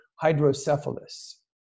hydrocephalus